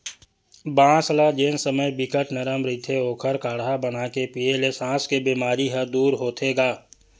बांस ल जेन समे बिकट नरम रहिथे ओखर काड़हा बनाके पीए ल सास के बेमारी ह दूर होथे गा